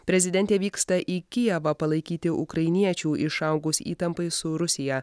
prezidentė vyksta į kijevą palaikyti ukrainiečių išaugus įtampai su rusija